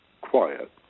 quiet